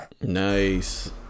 Nice